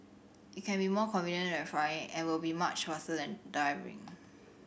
it can be more convenient than flying and will be much faster than driving